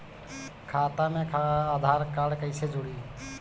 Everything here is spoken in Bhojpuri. खाता मे आधार कार्ड कईसे जुड़ि?